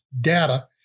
data